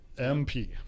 MP